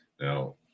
Now